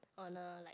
on a like